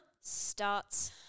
starts